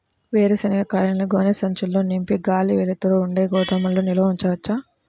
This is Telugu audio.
వేరుశనగ కాయలను గోనె సంచుల్లో నింపి గాలి, వెలుతురు ఉండే గోదాముల్లో నిల్వ ఉంచవచ్చా?